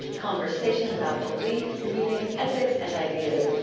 conversation about belief, meaning, ethics and ideas.